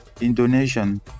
Indonesian